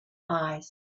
eyes